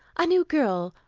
a new girl,